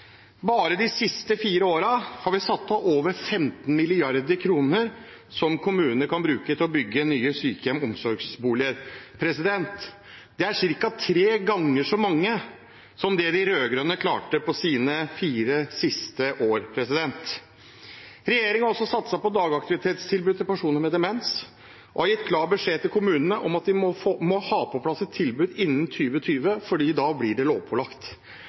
Bare de siste fire årene har vi satt av over 15 mrd. kr som kommunene kan bruke til å bygge nye sykehjem og omsorgsboliger. Det er ca. tre ganger så mye som det de rød-grønne klarte på sine fire siste år. Regjeringen har også satset på dagaktivitetstilbudet til personer med demens og har gitt klar beskjed til kommunene om at de må ha på plass et tilbud innen 2020, for da blir det lovpålagt.